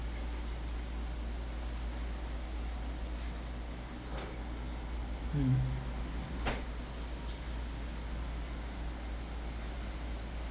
mm